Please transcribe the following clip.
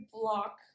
block